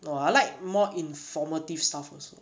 no I like more informative stuff also